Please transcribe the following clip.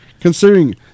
considering